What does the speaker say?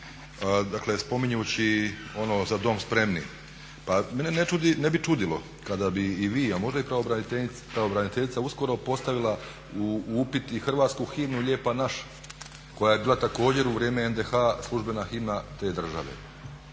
dakle spominjući ono "Za dom spremni" pa mene ne bi čudilo kada bi i vi, a možda i pravobraniteljica uskoro postavila u upit i hrvatsku himnu "Lijepa naša" koja je bila također u vrijeme NDH službena himna te države.